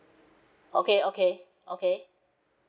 okay okay okay